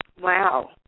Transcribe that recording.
wow